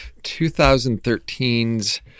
2013's